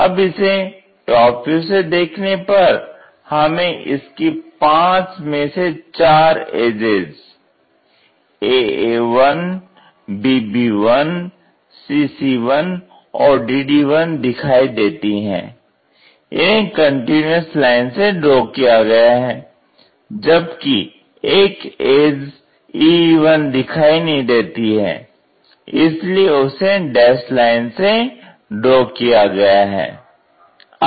अब इसे top view से देखने पर हमें इसकी पांच में से चार एजज aa1 bb1 cc1 और dd1 दिखाई देती हैं इन्हें कंटीन्यूअस लाइन से ड्रॉ किया गया है जबकि एक एज ee1 दिखाई नहीं देती है इसलिए उसे डैस्ड लाइन से ड्रॉ किया गया है